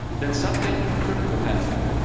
then something critical happened.